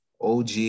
OG